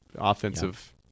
offensive